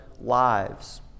lives